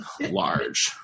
large